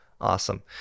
Awesome